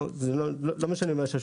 לא, זה לא מה שאני אומר.